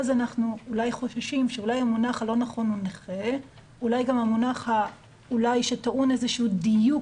אז אנחנו חוששים שאולי המונח הלא נכון הוא "נכה" אולי המונח שטעון דיוק